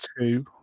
two